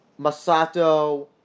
Masato